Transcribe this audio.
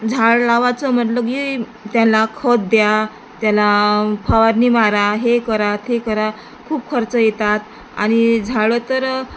झाड लावायचं म्हटलं की त्याला खत द्या त्याला फवारणी मारा हे करा ते करा खूप खर्च येतात आणि झाडं तर